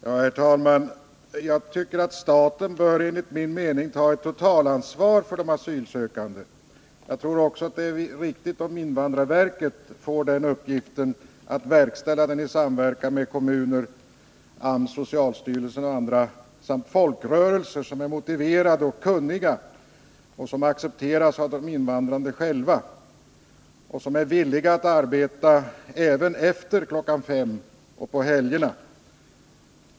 Herr talman! Staten bör enligt min mening ta ett totalansvar för de asylsökande. Invandrarverket bör få den uppgiften och verkställa den i samverkan med kommuner, AMS, socialstyrelsen m.fl. och med folkrörelser som är motiverade och kunniga — och accepteras av invandrarna själva — och som är villiga att arbeta även efter kl. 17.00 och på helgerna.